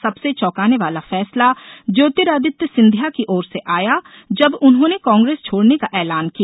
सबसे चौकाने वाला फैसला ज्योतिरादित्य सिंधिया की ओर से आया जब उन्होंने कांग्रेस छोडने का ऐलान किया